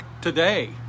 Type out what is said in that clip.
today